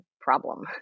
problem